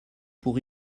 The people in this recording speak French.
pour